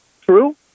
true